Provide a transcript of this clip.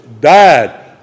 died